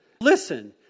Listen